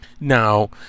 Now